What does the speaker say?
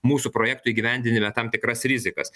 mūsų projektų įgyvendinime tam tikras rizikas